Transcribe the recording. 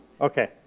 Okay